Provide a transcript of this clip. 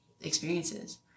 experiences